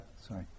sorry